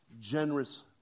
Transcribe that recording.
generous